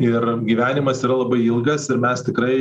ir gyvenimas yra labai ilgas ir mes tikrai